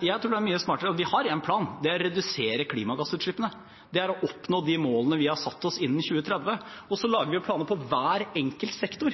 Vi har en plan, og det er å redusere klimagassutslippene, det er å oppnå de målene vi har satt oss innen 2030. Så lager vi planer for hver enkelt sektor.